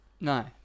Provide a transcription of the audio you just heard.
No